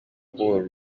kubohora